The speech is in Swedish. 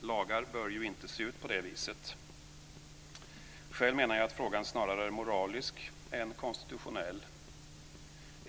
Lagar bör inte se ut så. Själv menar jag att frågan snarare är moralisk än konstitutionell.